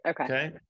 Okay